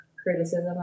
criticism